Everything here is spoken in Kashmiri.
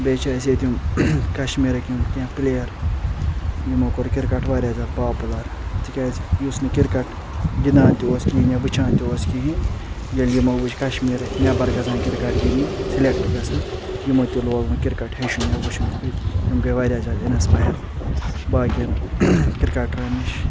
بییٚہِ چھِ أسۍ ییٚتہِ کشمیٖرٕکۍ یِم کینٛہہ پلیر یِمو کوٚر کرکٹ واریاہ زیادٕ پاپُلر تِکیٚازِ یُس نہٕ کرکٹ گِندان تہِ اوس کہینۍ یا وٕچھان تہِ اوس کہینۍ ییٚلہِ یِمو وچھ کشمیٖرٕکۍ نٮ۪بر گژھان کرکٹ گِندنہِ سِلیکٹ گژھان یِمو تہِ لوگ وۄن کرکٹ ہٮ۪چھُن یا وچھُ تِکیٚازِ یِم گٔے واریاہ زیادٕ انسپایر باقین کرکٹرن نِش